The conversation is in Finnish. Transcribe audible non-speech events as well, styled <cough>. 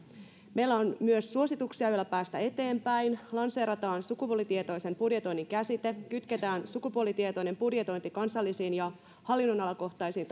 meillä on myös suosituksia joilla päästä eteenpäin lanseerataan sukupuolitietoisen budjetoinnin käsite kytketään sukupuolitietoinen budjetointi kansallisiin ja hallinnonalakohtaisiin <unintelligible>